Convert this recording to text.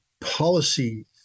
policy